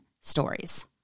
stories